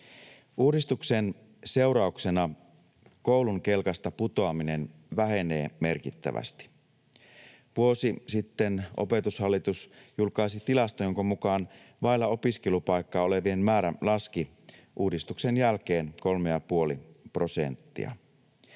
Uudistuksen seurauksena koulun kelkasta putoaminen vähenee merkittävästi. Vuosi sitten Opetushallitus julkaisi tilaston, jonka mukaan vailla opiskelupaikkaa olevien määrä laski uudistuksen jälkeen kolme ja